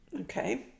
Okay